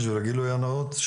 בשביל הגילוי הנאות,